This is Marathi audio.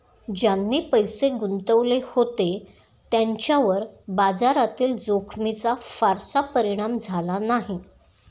ज्यांनी पैसे गुंतवले होते त्यांच्यावर बाजारातील जोखमीचा फारसा परिणाम झाला नाही